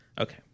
Okay